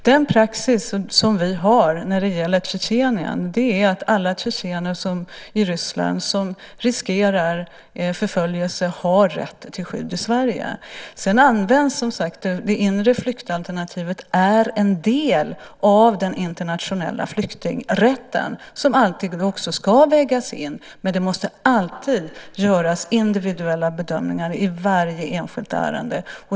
Den praxis som vi har när det gäller Tjetjenien är att alla tjetjener i Ryssland som riskerar förföljelse har rätt till skydd i Sverige. Det inre flyktalternativet är en del av den internationella flyktingrätten som också alltid ska vägas in, men det måste alltid göras individuella bedömningar i varje enskilt ärende.